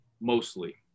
mostly